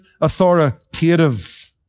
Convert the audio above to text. authoritative